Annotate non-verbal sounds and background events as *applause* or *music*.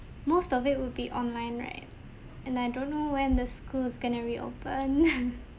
most of it will be online right and I don't know when the school's going to reopen *laughs*